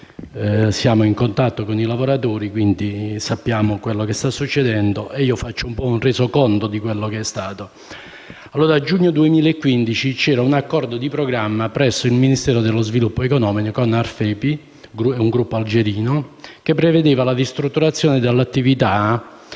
siamo in contatto con i lavoratori, quindi sappiamo quello che sta succedendo; farò quindi una sorta di resoconto di quanto è accaduto. A giugno 2015 c'era un accordo di programma presso il Ministero dello sviluppo economico con il gruppo algerino Aferpi che prevedeva la ristrutturazione dell'attività,